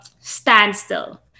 standstill